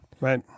Right